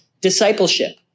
discipleship